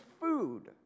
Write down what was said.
food